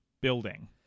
building